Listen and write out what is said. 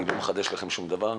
אני לא מחדש לכם שום דבר,